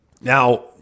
Now